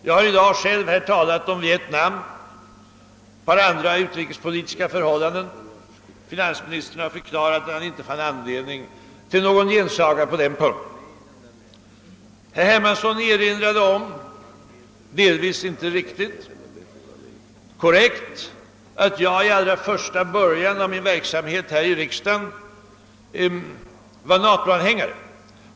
Jag har i dag själv talat om Vietnam och ett par andra utrikespolitiska förhållanden. Finansministern har förklarat att han inte fann anledning till någon gensaga på de punkterna. Herr Hermansson erinrade — delvis inte riktigt korrekt — om att jag i allra första början av min verksamhet här i riksdagen var NATO-anhängare.